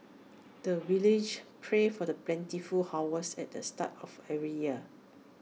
the villagers pray for the plentiful harvest at the start of every year